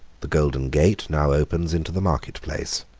the golden gate now opens into the market-place.